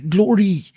Glory